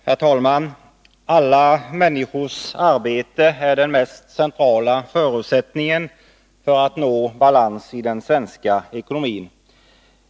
Herr talman! Alla människors arbete är den mest centrala förutsättningen för att nå balans i den svenska ekonomin.